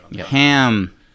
Ham